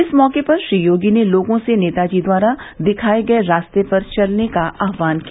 इस मौके पर श्री योगी ने लोगों से नेताजी द्वारा दिखाये गये रास्ते पर चलने का आहवान किया